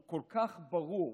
הוא כל כך ברור.